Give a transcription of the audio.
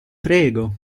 prego